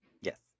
Yes